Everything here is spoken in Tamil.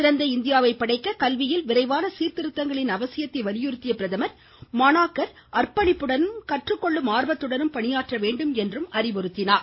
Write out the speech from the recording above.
சிறந்த இந்தியாவை படைக்க கல்வியில் விரைவான சீர்த்திருத்தங்களின் அவசியத்தை வலியுறுத்திய பிரதமர் மாணாக்கர் அர்ப்பணிப்புடனும் கற்றுக் கொள்ளும் ஆர்வத்துடனும் பணியாற்ற வேண்டும் என்று கேட்டுக் கொண்டார்